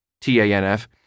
T-A-N-F